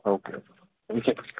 okay okay thank you